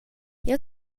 jeu